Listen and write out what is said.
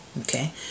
okay